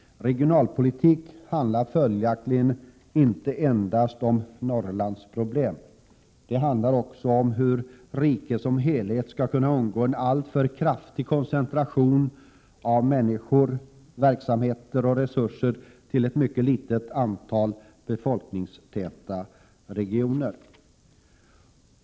Regionalpolitiken handlar följaktligen inte endast om ”Norrlandsproblem”. Den handlar också om hur riket som helhet skall kunna undgå en alltför kraftig koncentration av människor, verksamheter och resurser till ett mycket litet antal befolkningstäta regioner.